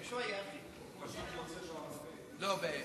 נמצא ורוצה לדבר.) למען